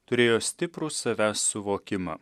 turėjo stiprų savęs suvokimą